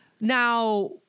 now